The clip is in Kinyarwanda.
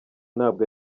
ntabwo